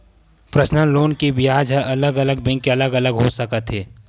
personal loan के बियाज ह अलग अलग बैंक के अलग अलग हो सकत हे